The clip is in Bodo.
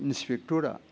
इन्सपेक्टरा